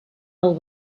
del